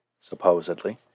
supposedly